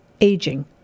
aging